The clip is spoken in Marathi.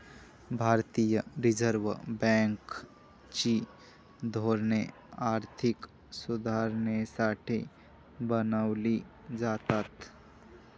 भारतीय रिझर्व बँक ची धोरणे आर्थिक सुधारणेसाठी बनवली जातात